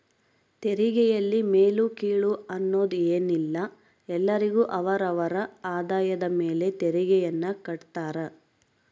ತೆರಿಗೆಯಲ್ಲಿ ಮೇಲು ಕೀಳು ಅನ್ನೋದ್ ಏನಿಲ್ಲ ಎಲ್ಲರಿಗು ಅವರ ಅವರ ಆದಾಯದ ಮೇಲೆ ತೆರಿಗೆಯನ್ನ ಕಡ್ತಾರ